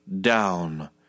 down